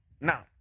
Now